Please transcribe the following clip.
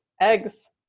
eggs